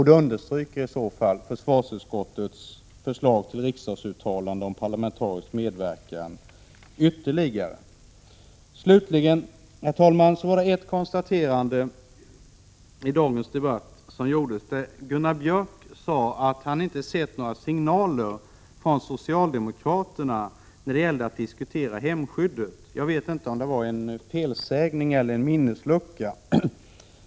Det understryker i så fall ytterligare försvarsutskottets förslag till riksdagsuttalande om parlamentarisk medverkan. Herr talman! Gunnar Björk i Gävle sade i dagens debatt att han inte sett signaler från socialdemokraterna när det gällde att diskutera hemskyddet. Jag vet inte om det var en felsägning eller om det berodde på en minneslucka.